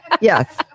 Yes